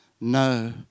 no